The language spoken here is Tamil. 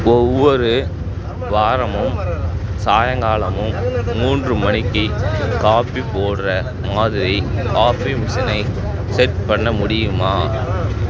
ஒவ்வொரு வாரமும் சாயங்காலமும் மூன்று மணிக்கு காஃபி போட்ற மாதிரி காஃபி மெஷினை செட் பண்ண முடியுமா